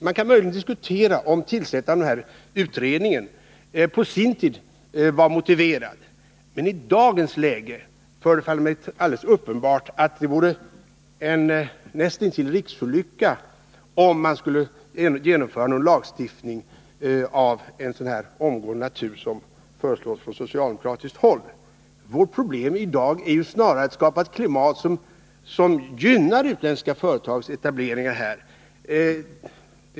Man kan möjligen diskutera om tillsättandet av utredningen på sin tid var motiverat. Men i dagens läge förefaller det mig alldeles uppenbart att det vore näst intill en riksolycka, om man skulle genomföra en så omfattande lagstiftning som nu föreslås på socialdemokratiskt håll. Vårt problem är i dag snarare att skapa ett klimat som gynnar utländska företags etablering här.